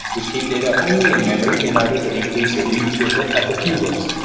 which keep data only in-memory in order to increase your read throughput of the few rows.